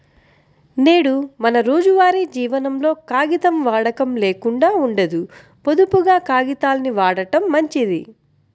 నేడు మన రోజువారీ జీవనంలో కాగితం వాడకం లేకుండా ఉండదు, పొదుపుగా కాగితాల్ని వాడటం మంచిది